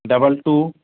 double two